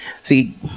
See